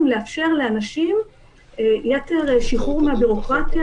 לאפשר לאנשים יותר שחרור מהביורוקרטיה,